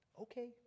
Okay